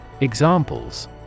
EXAMPLES